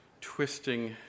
twisting